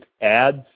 ads